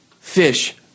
fish